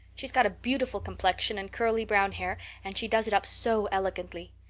she's got a beautiful complexion and curly brown hair and she does it up so elegantly.